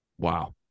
Wow